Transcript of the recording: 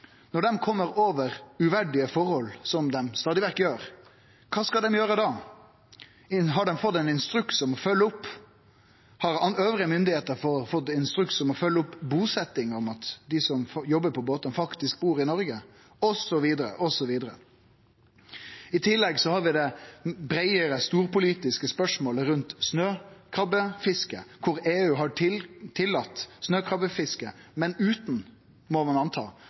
Når Kystvakta, som utfører kontrollar på feltet, kjem over uverdige forhold, noko dei stadig vekk gjer, kva skal dei gjere da? Har dei fått instruks om å følgje opp? Har andre myndigheiter fått instruks om å følgje opp kvar dei er busette – at dei som jobbar på båtane, faktisk bur i Noreg? Osv. osv. I tillegg har vi det breie, storpolitiske spørsmålet om snøkrabbefisket, der EU har